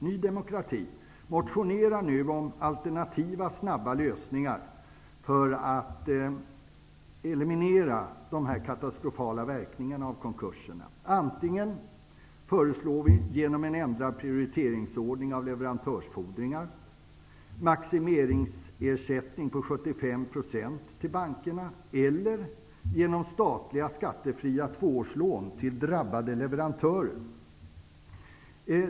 Ny demokrati motionerar nu om alternativa snabba lösningar för att eliminera de katastrofala verkningarna av konkurserna, antingen genom en ändrad prioriteringsordning av leverantörsfordringar, en maximeringsersättning på 75 % till bankerna, eller genom statliga, skattefria 2-årslån till drabbade leverantörer.